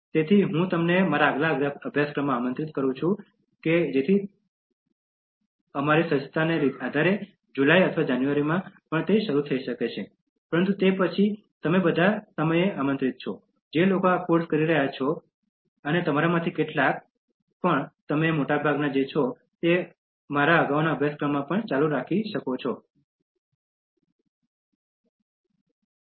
તેથી હું તમને મારા આગલા અભ્યાસક્રમમાં આમંત્રિત કરું છું જેથી તે અમારી સજ્જતાના આધારે તે જુલાઈ અથવા જાન્યુઆરીમાં શરૂ થઈ શકે પરંતુ તે પછી તમે બધા સમય આમંત્રિત છો જે લોકો આ કોર્સ કરી રહ્યા છે અને તમારામાંથી કેટલાક મોટા ભાગનાએવા છો કે જેમણે મારા અગાઉના અભ્યાસક્રમથી ચાલુ રાખવું